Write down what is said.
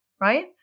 right